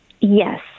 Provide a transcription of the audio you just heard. Yes